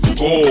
go